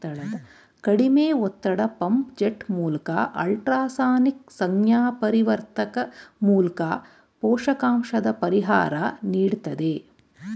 ಕಡಿಮೆ ಒತ್ತಡ ಪಂಪ್ ಜೆಟ್ಮೂಲ್ಕ ಅಲ್ಟ್ರಾಸಾನಿಕ್ ಸಂಜ್ಞಾಪರಿವರ್ತಕ ಮೂಲ್ಕ ಪೋಷಕಾಂಶದ ಪರಿಹಾರ ನೀಡ್ತದೆ